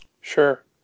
Sure